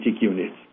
units